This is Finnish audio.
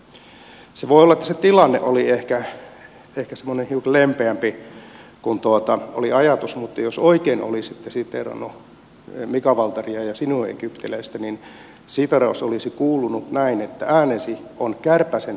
se voi olla että se tilanne oli ehkä semmoinen hiukan lempeämpi kuin oli ajatus mutta jos oikein olisitte siteerannut mika waltaria ja sinuhe egyptiläistä niin siteeraus olisi kuulunut että äänesi on kärpäsen surinaa korvissani